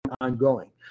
ongoing